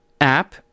app